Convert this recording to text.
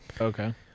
Okay